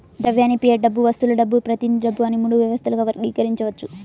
ద్రవ్యాన్ని ఫియట్ డబ్బు, వస్తువుల డబ్బు, ప్రతినిధి డబ్బు అని మూడు వ్యవస్థలుగా వర్గీకరించవచ్చు